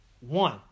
One